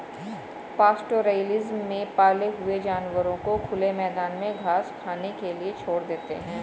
pastoralism में पाले हुए जानवरों को खुले मैदान में घास खाने के लिए छोड़ देते है